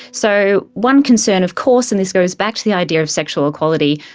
so one concern of course, and this goes back to the idea of sexual equality,